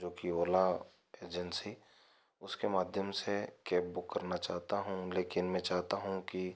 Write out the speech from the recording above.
जो कि ओला एजेंसी उसके माध्यम से कैब बुक करना चाहता हूँ लेकिन मैं चाहता हूँ कि